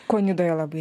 ko nidoje labai